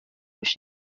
ushize